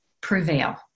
prevail